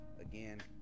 Again